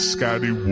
Scotty